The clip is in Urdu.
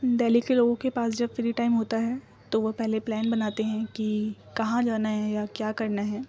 دہلی کے لوگوں کے پاس جب فری ٹائم ہوتا ہے تو وہ پہلے پلان بناتے ہیں کہ کہاں جانا ہے یا کیا کرنا ہے